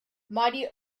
mighty